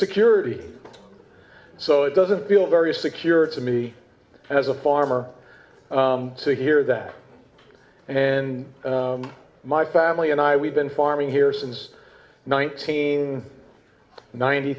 security so it doesn't feel very secure to me as a farmer to hear that and my family and i we've been farming here since nineteen ninety